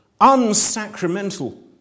unsacramental